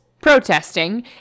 protesting